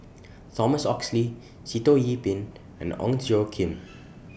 Thomas Oxley Sitoh Yih Pin and Ong Tjoe Kim